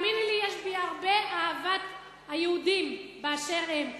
תאמין לי, יש לי הרבה אהבת יהודים באשר הם.